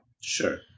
Sure